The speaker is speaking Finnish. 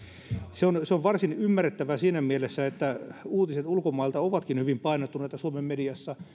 se on se on varsin ymmärrettävää siinä mielessä että uutiset ulkomailta ovatkin hyvin painottuneita suomen mediassa